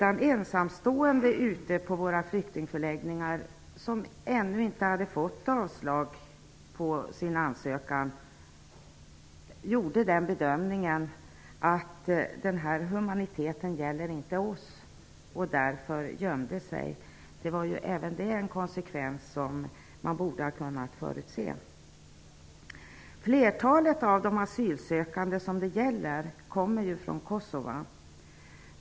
Att ensamstående på våra flyktingförläggningar, som ännu inte fått avslag på sin ansökan, gjorde den bedömningen att humaniteten inte gällde dem och därför gömde sig är en konsekvens som även borde ha kunnat förutses. Flertalet av de asylsökande som det här gäller kommer från Kosova.